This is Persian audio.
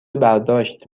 برداشت